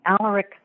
Alaric